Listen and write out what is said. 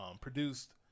produced